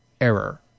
error